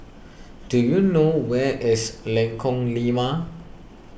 do you know where is Lengkong Lima